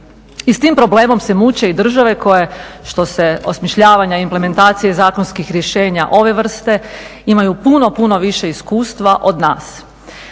I s tim problemom se muče i države, što se osmišljavanja implementacije i zakonskih rješenja ove vrste, imaju puno, puno više iskustva od nas.